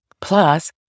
Plus